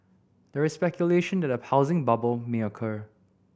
there is speculation that a housing bubble may occur